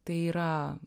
tai yra